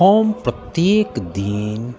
हम प्रत्येक दिन